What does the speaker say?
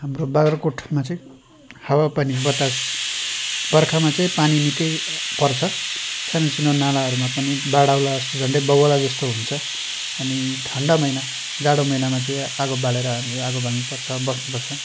हाम्रो बाग्राकोटमा चाहिँ हावा पानी बतास बर्खामा चाहिँ पानी निकै पर्छ साना साना नालाहरूमा पनि बाढ आउला जस्तै झण्डै बगाउला जस्तो हुन्छ अनि ठण्डा महिना जाडो महिनामा चाहिँ आगो बालेर हामीले आगो बाल्नु पर्छ बस्नु पर्छ